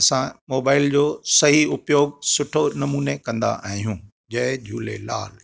असां मोबाइल जो सही उपयोग सुठो नमूने कंदा आहियूं जय झूलेलाल